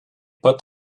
pat